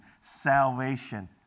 salvation